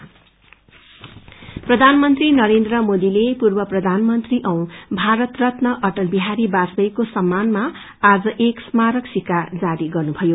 बाजपेयी प्रधानमन्त्री नरेन्द्र मोदीले पूर्व प्रधानमन्त्री औ भारत रत्न अटल बिहारी बाजपेयीको सम्मानमा आज एक स्मारक सिक्का जारी गर्नुभयो